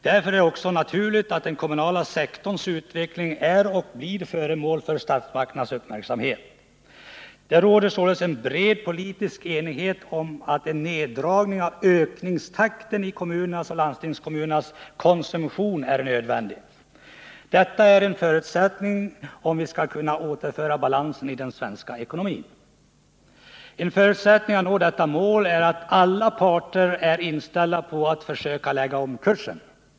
Därför är det också naturligt att den kommunala sektorns utveckling är och blir föremål för statsmaktens uppmärksamhet. Det råder således en bred politisk enighet om att en neddragning av ökningstakten i kommunernas och landstingskommunernas konsumtion är nödvändig. Detta är en förutsättning om vi skall kunna återföra balansen i den svenska ekonomin. En förutsättning för att nå detta mål är att alla parter är inställda på att försöka lägga om kursen.